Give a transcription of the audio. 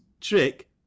trick